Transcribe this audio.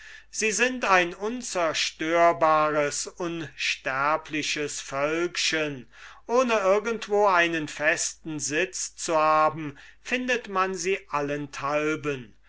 sie sind ein unzerstörbares unsterbliches völkchen ohne irgendwo einen festen sitz zu haben findet man sie allenthalben